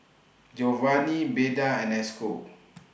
Jovany Beda and Esco